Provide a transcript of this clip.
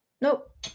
Nope